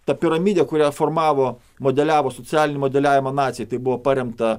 ta piramidė kurią formavo modeliavo socialinį modeliavimą nacija tai buvo paremta